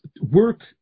Work